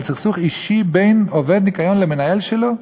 סכסוך אישי בין עובד ניקיון למנהל שלו,